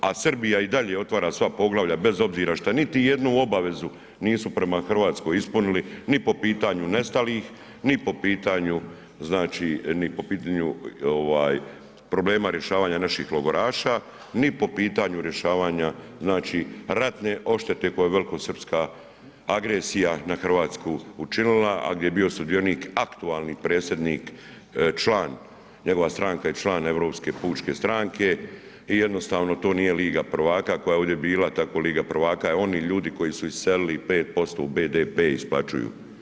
A Srbija i dalje otvara sva poglavlja, bez obzira što niti jednu obavezu nisu prema Hrvatskoj ispunili ni po pitanju nestalih, ni po pitanju znači, ni po pitanju problema rješavanja naših logoraša, ni po pitanju rješavanja znači ratne odštete koja je velikosrpska agresija na Hrvatsku učinila, a gdje je bio sudionik aktualni predsjednik, član, njegova stranka je član Europske pučke stranke i jednostavno, to nije liga prvaka koja je ovdje bila, tako liga prvaka i oni ljudi koji su iselili 5% BDP-a isplaćuju.